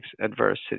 adversity